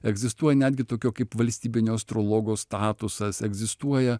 egzistuoja netgi tokio kaip valstybinio astrologo statusas egzistuoja